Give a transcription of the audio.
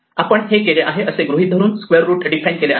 आपण हे केले आहे असे गृहीत धरून स्क्वेअर रूट डिफाइन केले आहे